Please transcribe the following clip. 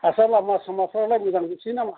आथसा लामा सामाफ्रालाय मोजांजोबसै नामा